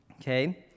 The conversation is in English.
Okay